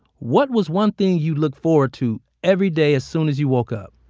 what was one thing you looked forward to every day as soon as you woke up?